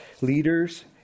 leaders